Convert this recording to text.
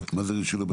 לבתים.